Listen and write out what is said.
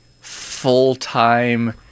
full-time